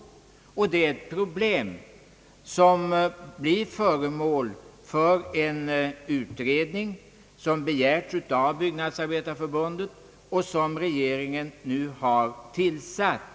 Detta är ett problem som blir föremål för en utredning som begärts av byggnadsarbetarförbundet och som regeringen nu har tillsatt.